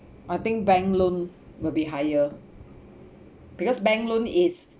I think bank loan will be higher because bank loan is